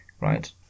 right